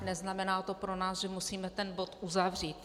Neznamená to pro nás, že musíme ten bod uzavřít.